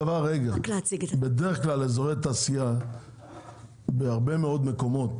בדרך כלל באזורי תעשייה בהרבה מאוד מקומות